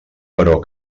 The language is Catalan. però